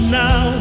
now